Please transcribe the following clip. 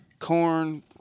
corn